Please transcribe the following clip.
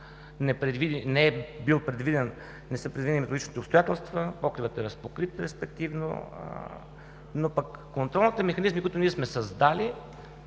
не са били предвидени методичните обстоятелства, покривът е разпокрит респективно, но пък контролните механизми, които ние сме създали,